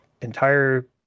entire